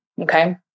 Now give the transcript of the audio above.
Okay